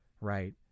right